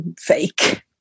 fake